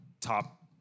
top